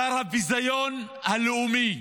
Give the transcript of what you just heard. שר הביזיון הלאומי,